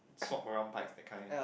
swap around bikes that kind